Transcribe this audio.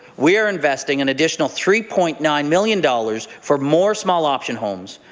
we are investing an additional three point nine million dollars for more small option homes,